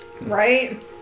Right